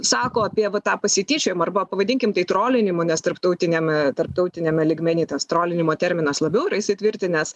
sako apie va tą pasityčiojimą arba pavadinkim tai trolinimu nes tarptautiniam tarptautiniame lygmeny tas trolinimo terminas labiau yra įsitvirtinęs